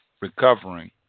recovering